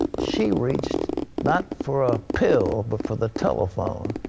she reached not for a pill, but for the telephone.